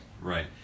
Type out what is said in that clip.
Right